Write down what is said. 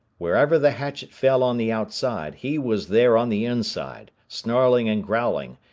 wherever the hatchet fell on the outside, he was there on the inside, snarling and growling,